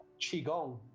Qigong